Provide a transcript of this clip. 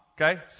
okay